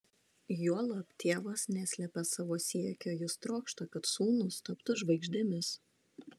juolab tėvas neslepia savo siekio jis trokšta kad sūnūs taptų žvaigždėmis